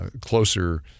Closer